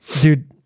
Dude